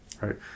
right